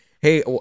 Hey